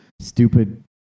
stupid